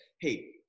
hey